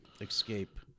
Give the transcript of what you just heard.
Escape